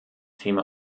thema